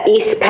East